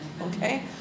Okay